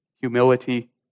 humility